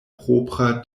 propra